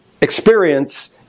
experience